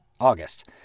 August